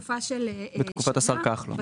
בתקופת השר כחלון.